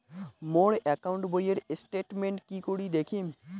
মোর account বইয়ের statement কি করি দেখিম?